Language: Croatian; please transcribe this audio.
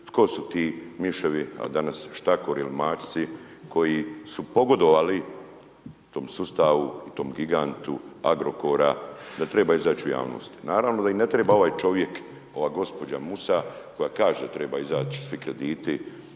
tko su ti miševi a danas štakori ili mačci koji su pogodovali tom sustavu, tom gigantu Agrokora, da trebaju izaći u javnost. Naravno da im ne treba ovaj čovjek, ova gđa. Musa koja kaže trebaju izaći svi krediti,